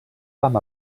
pam